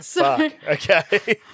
okay